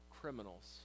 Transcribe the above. criminals